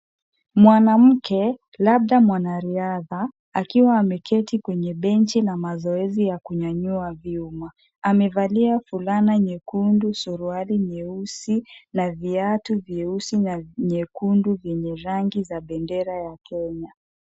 Mwanamke labda mwanariadha akiwa ameketi kwenye benchi na mazoezi ya kunyanyua vyuma. Amevalia fulana nyekundu, suruali nyeusi na viatu vyeusi na nyekundu vyenye rangi za bendera ya Kenya.